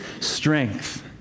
strength